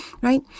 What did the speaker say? Right